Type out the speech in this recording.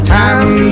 time